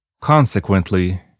Consequently